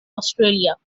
australia